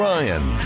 Ryan